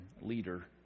leader